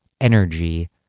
energy